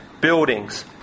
buildings